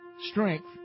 strength